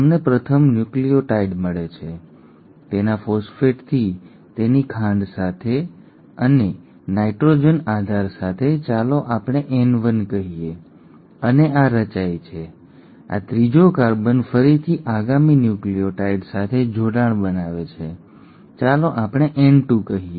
તમને પ્રથમ ન્યુક્લિઓટાઇડ મળે છે તેના ફોસ્ફેટથી તેની ખાંડ સાથે અને નાઇટ્રોજન આધાર સાથે ચાલો આપણે N1 કહીએ અને આ રચાય છે આ ત્રીજો કાર્બન ફરીથી આગામી ન્યુક્લિઓટાઇડ સાથે જોડાણ બનાવે છે ચાલો આપણે N2 કહીએ